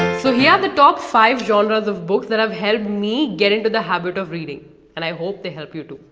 so here are the top five genres of books that have helped me get into the habit of reading and i hope they help you too.